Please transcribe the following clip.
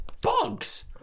Bugs